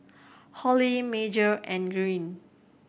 Holly Major and Greene